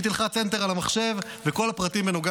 היא תלחץ enter במחשב וכל הפרטים בנוגע